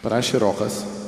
parašė rokas